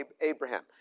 Abraham